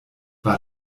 war